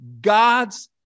God's